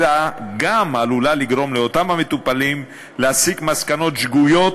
אלא גם עלולה לגרום לאותם המטופלים להסיק מסקנות שגויות